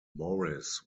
morris